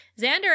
Xander